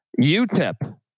UTEP